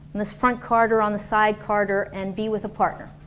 in this front corridor or on the side corridor and be with a partner